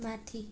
माथि